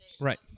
Right